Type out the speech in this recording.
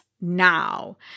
now